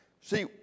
See